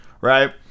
right